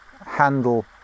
handle